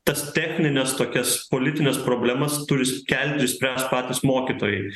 tas technines tokias politines problemas turi s kelt ir spręst patys mokytojai